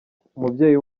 umubyeyi